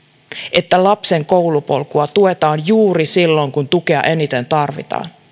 että lapsen koulupolkua tuetaan juuri silloin kun tukea eniten tarvitaan